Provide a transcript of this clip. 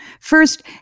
First